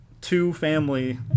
two-family